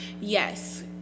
yes